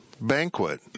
banquet